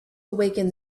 awaken